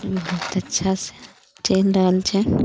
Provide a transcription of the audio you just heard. बहुत अच्छा से चलि रहल छनि